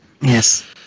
yes